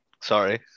Sorry